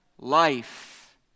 Life